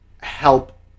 help